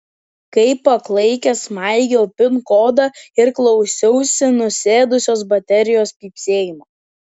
kaip paklaikęs maigiau pin kodą ir klausiausi nusėdusios baterijos pypsėjimo